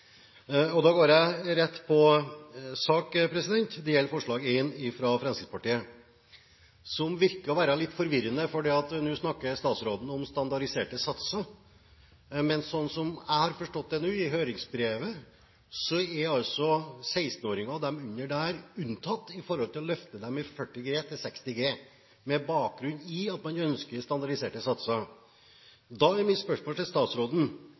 Da går jeg rett på sak. Det gjelder forslag nr. 1, fra Fremskrittspartiet, som virker å være litt forvirrende, for nå snakker statsråden om standardiserte satser. Men sånn som jeg har forstått det nå i høringsbrevet, er altså 16-åringer og de under den alder unntatt fra å bli løftet fra 40 G til 60 G med bakgrunn i at man ønsker standardiserte satser. Da er mitt spørsmål til statsråden: